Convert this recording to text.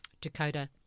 Dakota